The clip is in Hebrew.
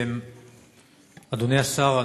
אדוני השר,